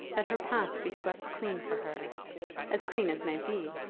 that her path be swept clean for her as clean as may be,